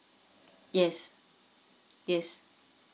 yes yes